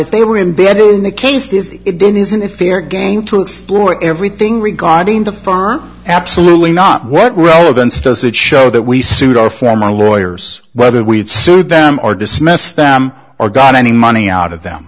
it they were in bed in the case it didn't is in a fair game to explore everything regarding the firm absolutely not what relevance does it show that we sued or former lawyers whether we had sued them or dismissed them or got any money out of them